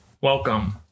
welcome